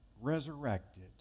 resurrected